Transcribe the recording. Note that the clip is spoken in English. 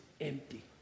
empty